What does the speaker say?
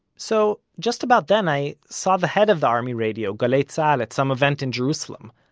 so just about then, i saw the head of the army radio, galey tzahal, at some event in jerusalem.